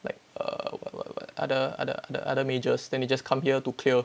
like err what what what other other other other majors then they just come here to clear